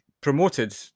promoted